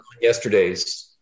yesterday's